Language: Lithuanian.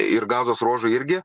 ir gazos ruožui irgi